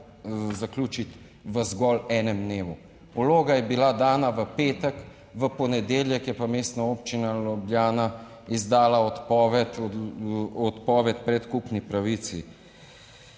zaključiti v zgolj enem dnevu. Vloga je bila dana v petek, v ponedeljek je pa Mestna občina Ljubljana izdala odpoved, odpoved predkupni pravici.